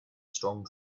strong